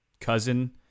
cousin